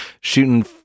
Shooting